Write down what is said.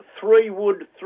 three-wood